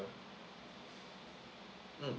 mm